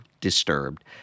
disturbed